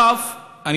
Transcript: נוסף על כך,